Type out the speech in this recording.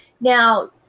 Now